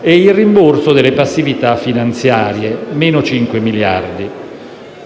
e il rimborso delle passività finanziarie (meno 5 miliardi).